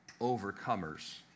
overcomers